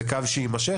זה קו שיימשך.